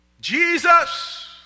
Jesus